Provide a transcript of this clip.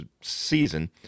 season